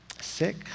sick